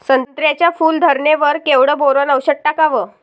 संत्र्याच्या फूल धरणे वर केवढं बोरोंन औषध टाकावं?